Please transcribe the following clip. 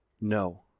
No